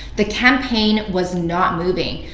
the campaign was not moving.